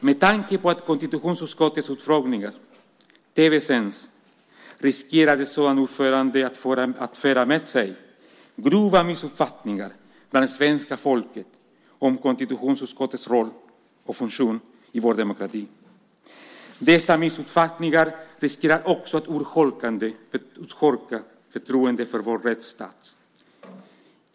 Med tanke på att konstitutionsutskottets utfrågningar tv-sänds riskerar ett sådant uppförande att föra med sig grova missuppfattningar hos svenska folket om konstitutionsutskottets roll och funktion i vår demokrati. Dessa missuppfattningar riskerar också att urholka förtroendet för vår rättsstat.